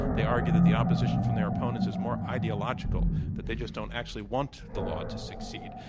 they argue that the opposition from their opponents is more ideological, that they just don't actually want the law to succeed,